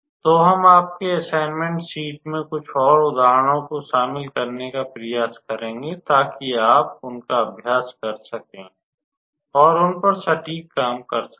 तो हम आपके असाइनमेंट शीट में कुछ और उदाहरणों को शामिल करने का प्रयास करेंगे ताकि आप उनका अभ्यास कर सकें और उन पर सटीक काम कर सकें